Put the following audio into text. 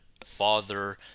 father